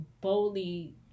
boldly